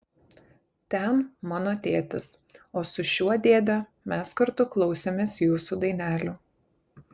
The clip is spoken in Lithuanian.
ten mano tėtis o su šiuo dėde mes kartu klausėmės jūsų dainelių